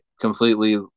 completely